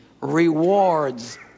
rewards